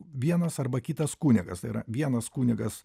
vienas arba kitas kunigas tai yra vienas kunigas